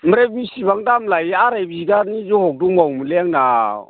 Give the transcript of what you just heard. ओमफ्राय बेसेबां दाम लायो आराय बिगानि जहब दंबावोमोनलै आंनाव